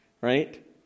right